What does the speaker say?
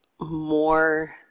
more